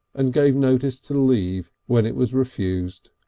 and gave notice to leave when it was refused.